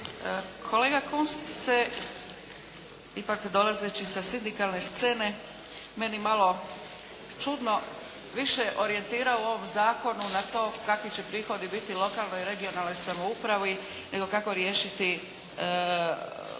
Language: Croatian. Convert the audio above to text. kolega Kunst se ipak dolazeći sa sindikalne scene meni malo čudno više orijentirao u ovom zakonu na to kakvi će prihodi biti lokalnoj i regionalnoj samoupravi, nego kako riješiti i u jednom